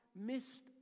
missed